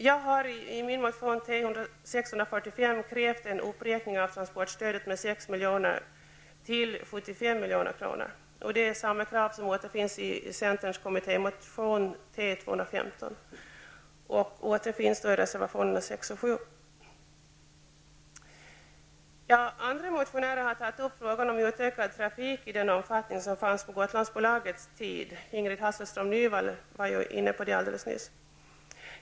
Jag har i min motion T645 miljoner till 75 milj.kr. Det är samma krav som i centerns kommittémotion T215, och det återfinns i reservationerna 6 och 7. Andra motionärer har tagit upp frågan om utökad trafik i den omfattning som fanns på Gotlandsbolagets tid. Ingrid Hasselström Nyvall var inne på det alldeles nyss.